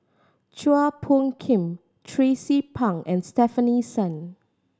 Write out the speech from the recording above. Chua Phung Kim Tracie Pang and Stefanie Sun